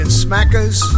smackers